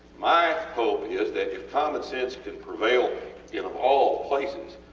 my hope is that if common sense can prevail in, of all places,